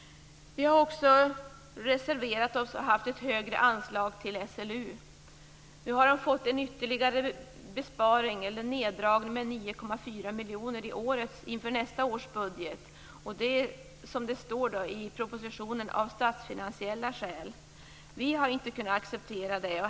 Vi har också reserverat oss för att vi vill ha ett högre anslag till SLU. Nu har de fått en ytterligare besparing, eller neddragning, med 9,4 miljoner inför nästa års budget. Det står i propositionen att detta är av statsfinansiella skäl. Vi har inte kunnat acceptera det.